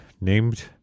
named